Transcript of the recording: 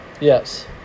Yes